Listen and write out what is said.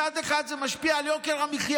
מצד אחד זה משפיע על יוקר המחיה.